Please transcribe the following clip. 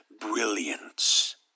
brilliance